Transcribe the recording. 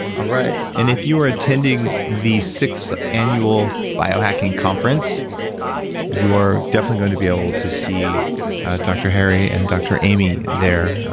all right and if you are attending the sixth annual biohacking conference you're definitely going to be able to see dr. harry and dr. amy there.